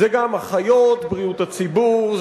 זה גם אחיות בריאות הציבור,